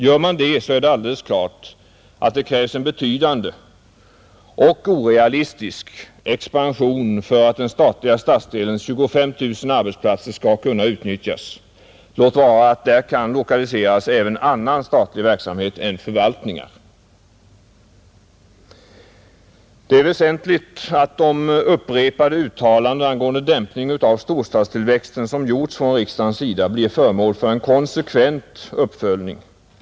Gör man det, är det alldeles klart att det krävs en betydande — och orealistisk — expansion för att den statliga stadsdelens 25 000 arbetsplatser skall kunna utnyttjas, låt vara att där kan lokaliseras även annan statlig verksamhet än förvaltningar. 8. Det är väsentligt att de upprepade uttalanden angående dämpning av storstadstillväxten som gjorts från riksdagens sida blir föremål för en konsekvent uppföljning.